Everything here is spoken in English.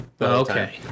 Okay